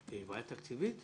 זו בעיה תקציבית?